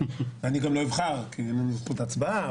ואני גם לא אבחר כי אין לי זכות הצבעה,